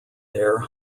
there